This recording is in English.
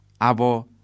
Abo